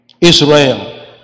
Israel